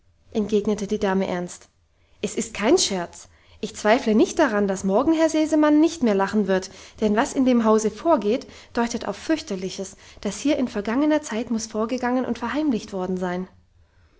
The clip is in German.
entgegnete die dame ernst es ist kein scherz ich zweifle nicht daran dass morgen herr sesemann nicht mehr lachen wird denn was in dem hause vorgeht deutet auf fürchterliches das hier in vergangener zeit muss vorgegangen und verheimlicht worden sein